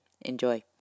Enjoy